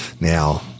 Now